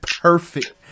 perfect